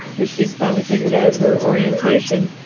because she had finally figured out her orientation,